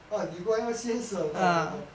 ah 李光耀先生好好好